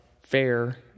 fair